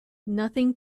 nothing